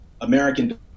American